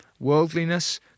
Worldliness